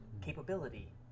capability